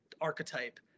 archetype